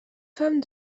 femmes